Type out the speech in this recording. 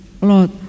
Lord